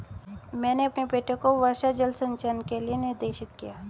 मैंने अपने बेटे को वर्षा जल संचयन के लिए निर्देशित किया